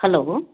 hello